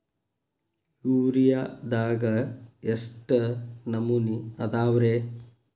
ಯೂರಿಯಾದಾಗ ಎಷ್ಟ ನಮೂನಿ ಅದಾವ್ರೇ?